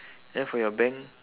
then for your bank